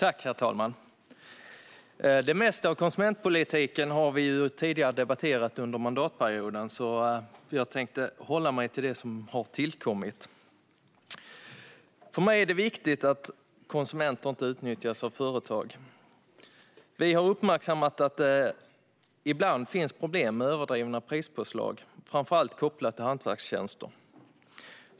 Herr talman! Det mesta inom konsumentpolitiken har vi debatterat tidigare under mandatperioden. Därför tänker jag hålla mig till det som har tillkommit. För mig är det viktigt att konsumenter inte utnyttjas av företag. Vi har uppmärksammat att det ibland finns problem med överdrivna prispåslag, framför allt kopplat till hantverkstjänster.